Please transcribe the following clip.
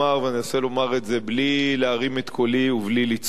ואני אנסה לומר את זה בלי להרים את קולי ובלי לצעוק: